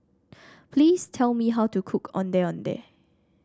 please tell me how to cook Ondeh Ondeh